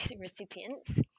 recipients